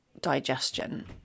digestion